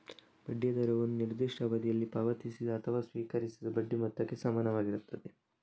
ಬಡ್ಡಿಯ ದರವು ಒಂದು ನಿರ್ದಿಷ್ಟ ಅವಧಿಯಲ್ಲಿ ಪಾವತಿಸಿದ ಅಥವಾ ಸ್ವೀಕರಿಸಿದ ಬಡ್ಡಿ ಮೊತ್ತಕ್ಕೆ ಸಮಾನವಾಗಿರುತ್ತದೆ